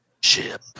Ship